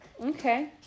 Okay